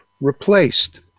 replaced